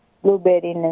blueberry